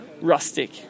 rustic